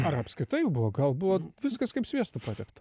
ar apskritai jų buvo gal buvo viskas kaip sviestu patepta